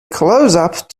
closeup